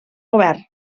govern